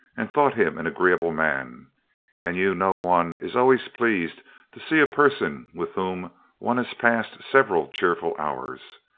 and thought him an agreeable man and you know one is always pleased to see a person with whom one has passed several cheerful hours.